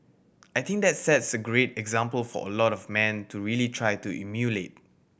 I think that sets a great example for a lot of man to really try to emulate